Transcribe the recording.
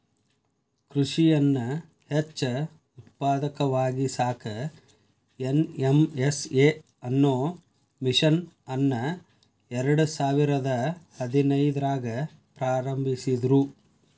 ಕೃಷಿಯನ್ನ ಹೆಚ್ಚ ಉತ್ಪಾದಕವಾಗಿಸಾಕ ಎನ್.ಎಂ.ಎಸ್.ಎ ಅನ್ನೋ ಮಿಷನ್ ಅನ್ನ ಎರ್ಡಸಾವಿರದ ಹದಿನೈದ್ರಾಗ ಪ್ರಾರಂಭಿಸಿದ್ರು